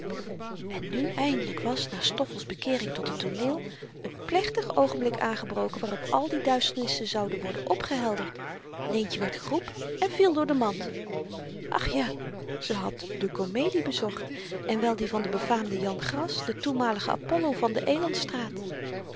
en nu eindelyk was na stoffels bekeering tot het tooneel t plechtig oogenblik aangebroken waarop al die duisternissen zouden worden opgehelderd leentje werd geroepen en viel door de mand ach ja ze had de komedie bezocht en wel die van den befaamden jan gras den toenmaligen apollo van de